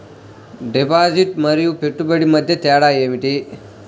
Deposit మరియు పెట్టుబడి మధ్య తేడా ఏమిటి?